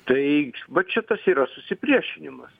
tai vat šitas yra susipriešinimas